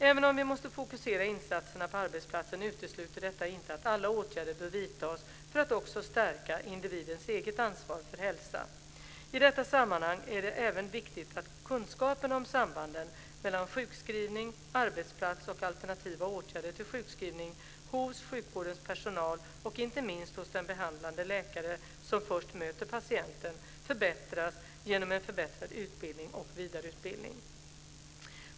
Även om vi måste fokusera insatserna på arbetsplatsen utesluter detta inte att alla åtgärder bör vidtas för att också stärka individens eget ansvar för hälsan. I detta sammanhang är det även viktigt att kunskaperna om sambanden mellan sjukskrivning, arbetsplats och alternativa åtgärder till sjukskrivning hos sjukvårdens personal och inte minst hos den behandlande läkare som först möter patienten förbättras genom en förbättrad utbildning och vidareutbildning.